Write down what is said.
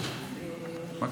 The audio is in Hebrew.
אינו נוכח,